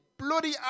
Bloody